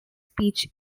speech